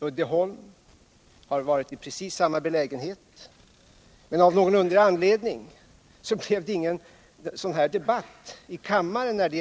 Uddeholm har varit i precis samma belägenhet, men av någon underlig anledning blev det inte en sådan här debatt i kammaren då.